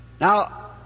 Now